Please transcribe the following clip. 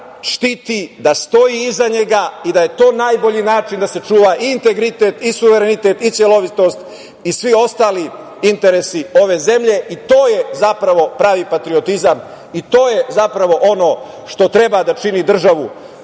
štiti, da stoji iza njega i da je to najbolji način da se čuva i integritet i suverenitet i celovitost i svi ostali interesi ove zemlje. To je zapravo pravi patriotizam i to je zapravo ono što treba da čini državu